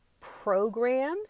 programs